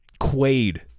Quaid